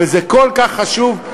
וזה כל כך חשוב,